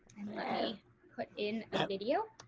and let me put in a video.